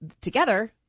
together